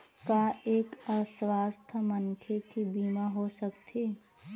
का एक अस्वस्थ मनखे के बीमा हो सकथे?